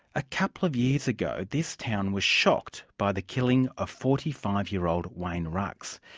a couple of years ago this town was shocked by the killing of forty five year old wayne ruks.